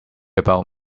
about